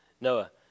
Noah